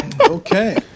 Okay